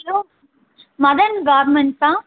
hello Madan கார்மெண்ட்ஸா